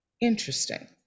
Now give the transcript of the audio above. interesting